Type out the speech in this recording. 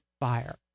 fire